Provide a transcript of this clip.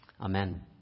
Amen